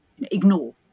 ignore